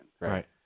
Right